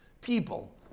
People